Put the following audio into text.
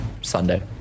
Sunday